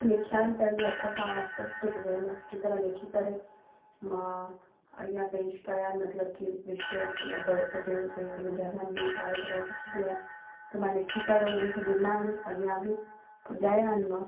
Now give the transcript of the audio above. लिखिया आहिनि पंहिंजे हथ सां आर्टिस्टिक वे में सुठी तरह लिखी करे मां अॻियां पेश कयां आहिनि मतिलब की विशिस कंहिंजा बर्थ डे हुजे कंहिंजा जनमॾींहं सालगिरह कुझु बि आहे त मां लिखी करे उन्हनि खे ॾिना आहिनि अॻियां बि पुॼाया आहिनि मां